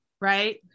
right